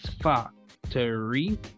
Factory